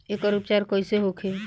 एकर उपचार कईसे होखे?